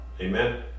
Amen